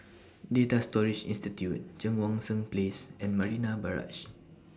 Data Storage Institute Cheang Wan Seng Place and Marina Barrage